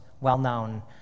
well-known